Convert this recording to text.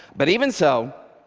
but even so,